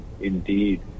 indeed